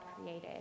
created